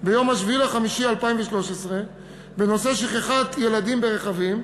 ב-7 במאי 2013 בנושא שכחת ילדים ברכבים,